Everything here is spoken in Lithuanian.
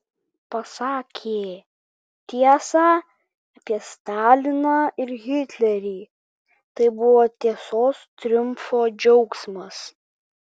pasakė tiesą apie staliną ir hitlerį tai buvo tiesos triumfo džiaugsmas